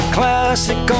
Classic